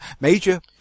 major